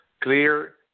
clear